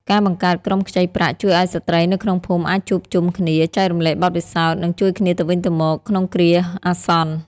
ការបង្កើតក្រុមខ្ចីប្រាក់ជួយឱ្យស្ត្រីនៅក្នុងភូមិអាចជួបជុំគ្នា ចែករំលែកបទពិសោធន៍ និងជួយគ្នាទៅវិញទៅមកក្នុងគ្រាអាសន្ន។